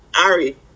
Ari